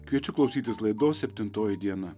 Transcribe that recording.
kviečiu klausytis laidos septintoji diena